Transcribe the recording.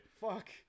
Fuck